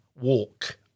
Walk